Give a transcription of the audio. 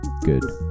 good